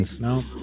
No